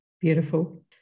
Beautiful